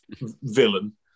villain